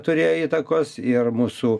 turėjo įtakos ir mūsų